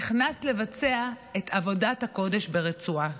נכנס לבצע את עבודת הקודש ברצועה.